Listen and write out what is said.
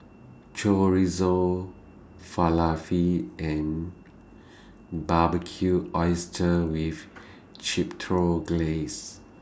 Chorizo Falafel and Barbecued Oysters with Chipotle Glaze